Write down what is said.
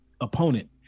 opponent